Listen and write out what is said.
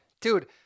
Dude